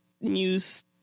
news